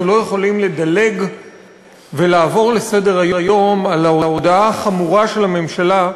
אנחנו לא יכולים לדלג ולעבור לסדר-היום על ההודעה החמורה של הממשלה,